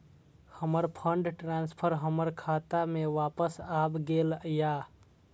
हमर fund transfer हमर खाता में वापस आब गेल या